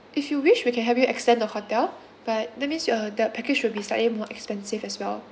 if you wish we can help you extend the hotel but that means your the package would be slightly more expensive as well